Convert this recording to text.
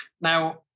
Now